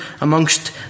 amongst